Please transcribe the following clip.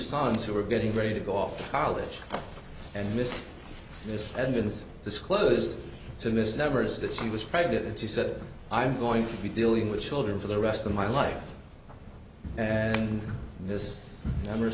sons who were getting ready to go off to college and missed this evidence disclosed to miss nevers that she was pregnant and she said i'm going to be dealing with children for the rest of my life and this number